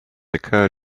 occur